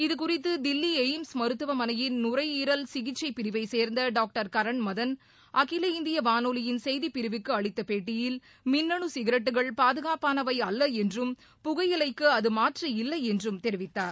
இது குறித்து தில்லி எய்ம்ஸ் மருத்துவமனையின் நுரை ஈரல் சிகிச்சை பிரிவை சேர்ந்த டாக்டர் கரண் மதன் அகில இந்திய வானொலியின் செய்திப்பிரிவுக்கு அளித்த பேட்டியில் மின்னணு சிகரெட்டுகள் பாதுகாப்பானவை அல்ல என்றும் புகையிலைக்கு அது மாற்று இல்லை என்றும் தெரிவித்தார்